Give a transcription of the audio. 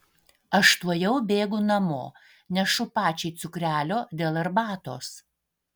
aš tuojau bėgu namo nešu pačiai cukrelio dėl arbatos